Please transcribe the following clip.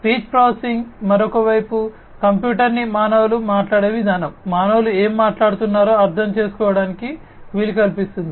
speech processing మరోవైపు కంప్యూటర్ను మానవులు మాట్లాడే విధానం మానవులు ఏమి మాట్లాడుతున్నారో అర్థం చేసుకోవడానికి వీలు కల్పిస్తుంది